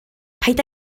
paid